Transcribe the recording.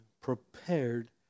prepared